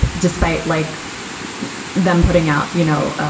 but despite like them putting out, you know,